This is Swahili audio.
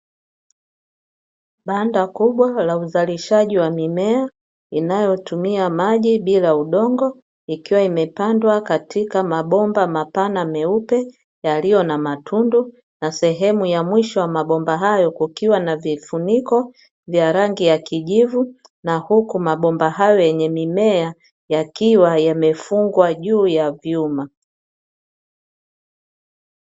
Banda kubwa la uzalishaji wa mimea inayotumia maji bila udongo, ikiwa imepandwa katika mabomba mapana meupe yaliyo na matundu. Na sehemu ya mwisho ya mabomba hayo kukiwa na vifuniko vya rangi ya kijivu, na huku mabomba hayo yenye mimea yakiwa yamefungwa juu ya vyuma.